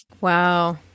Wow